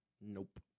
Nope